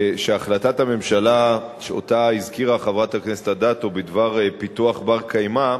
שהחלטת הממשלה שהזכירה חברת הכנסת אדטו בדבר פיתוח בר-קיימא,